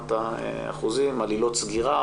ברמת האחוזים, על עילות סגירה